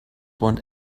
want